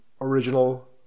original